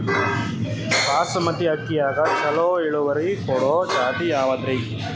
ಬಾಸಮತಿ ಅಕ್ಕಿಯಾಗ ಚಲೋ ಇಳುವರಿ ಕೊಡೊ ಜಾತಿ ಯಾವಾದ್ರಿ?